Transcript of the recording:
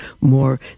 more